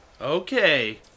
Okay